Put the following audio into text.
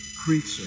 creature